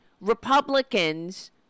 Republicans